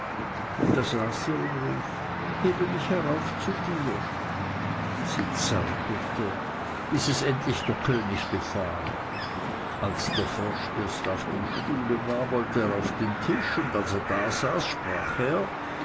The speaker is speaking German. und rief heb mich herauf zu dir sie zauderte bis es endlich der könig befahl als der frosch erst auf dem stuhl war wollte er auf den tisch und als er da saß sprach er